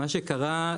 מה שקרה,